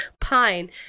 pine